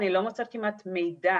אני לא מוצאת כמעט מידע